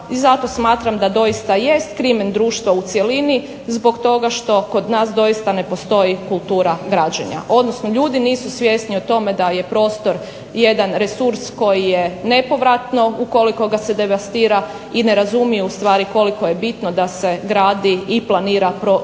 i zato smatram da doista jest crimen društva u cjelini zbog toga što kod nas doista ne postoji kultura građenja, odnosno ljudi nisu svjesni o tome da je prostor jedan resurs koji je nepovratno ukoliko ga se devastira i ne razumiju u stvari koliko je bitno da se gradi i planira korištenje